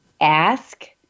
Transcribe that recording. ask